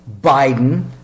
Biden